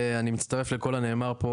אני מצטרף לכל הנאמר פה,